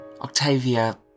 Octavia